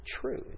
true